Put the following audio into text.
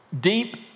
Deep